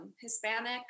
Hispanic